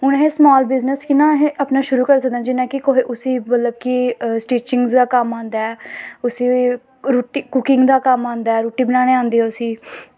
हून असें small business कि'यां अस अपना शुरू करी सकदे आं जियां कि कोई उसी मतलब कि स्टिचिंग दा कम्म आंदा ऐ उसी रुट्टी कुकिंग दा कम्म आंदा ऐ रुट्टी बनाने आंदी ऐ उसी